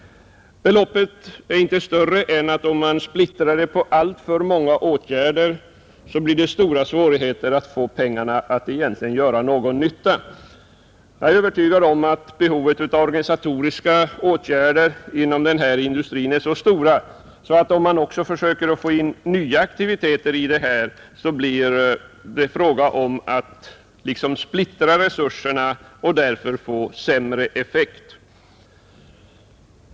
Beloppet är inte större än att om man splittrar det på alltför många åtgärder blir det stora svårigheter att få pengarna att egentligen göra någon nytta. Jag är övertygad om att behovet av organisatoriska åtgärder inom den här industrin är så stort, att om man också försöker få in nya aktiviteter blir det fråga om att splittra resurserna och därför få sämre effekt.